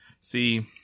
See